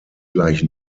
gleich